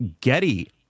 Getty